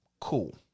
Cool